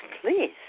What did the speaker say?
please